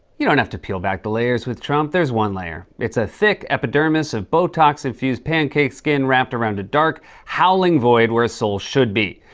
you don't have to peel back the layers with trump. there's one layer. it's a thick epidermis of botox-infused pancake skin wrapped around a dark howling void where a soul should be.